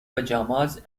pajamas